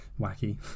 wacky